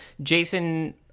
Jason